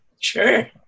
Sure